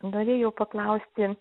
norėjau paklausti